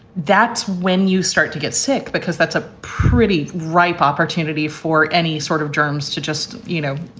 that's when you start to get sick, because that's a pretty ripe opportunity for any sort of germs to just, you know,